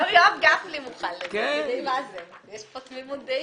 אני לא מבין מה זה על פי דין.